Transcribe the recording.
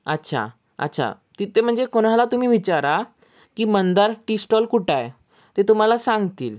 अच्छा अच्छा तिथे म्हणजे कोणाला तुम्ही विचारा की मंदार टी स्टॉल कुठं आहे ते तुम्हाला सांगतील